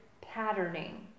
patterning